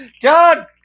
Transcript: God